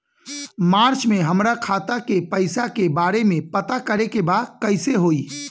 मार्च में हमरा खाता के पैसा के बारे में पता करे के बा कइसे होई?